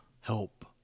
help